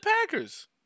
Packers